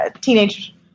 teenage